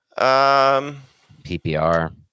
PPR